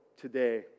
today